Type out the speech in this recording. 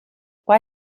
why